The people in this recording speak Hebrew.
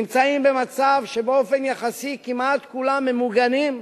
נמצאים במצב שבאופן יחסי כמעט כולם ממוגנים,